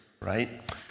right